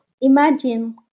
imagine